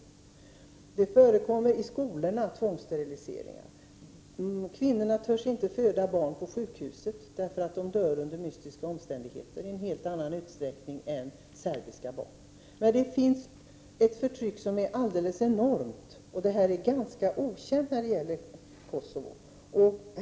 Tvångssterilisering förekommer i skolorna. Kvinnorna törs inte föda barn på sjukhuset, därför att barnen dör under mystiska omständigheter i en helt annan utsträckning än serbiska barn. Det förekommer ett alldeles enormt förtryck i Kosovo, och det är ganska okänt.